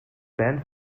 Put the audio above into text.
band